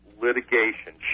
litigation